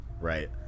right